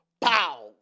pow